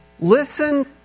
Listen